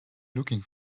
looking